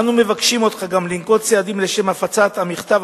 אנו מבקשים ממך גם לנקוט צעדים לשם הפצת המכתב